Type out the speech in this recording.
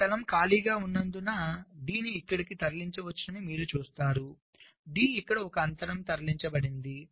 ఈ స్థలం ఖాళీగా ఉన్నందున D ను ఇక్కడకు తరలించవచ్చని మీరు చూస్తున్నారు D ఇక్కడ 1 అంతరం తరలించబడింది